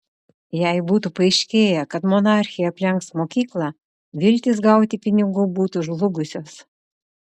jei būtų paaiškėję kad monarchė aplenks mokyklą viltys gauti pinigų būtų žlugusios